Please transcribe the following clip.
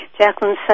Jacqueline